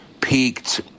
peaked